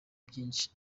byinshi